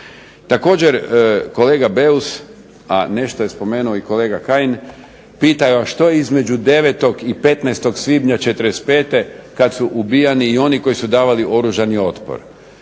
Također kolega Beus, a nešto je spomenuo i kolega Kajin, pita a što je između 9. i 15. svibnja '45. kad su ubijani i oni koji su davali oružani otpor?